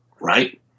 right